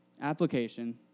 Application